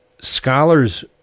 scholars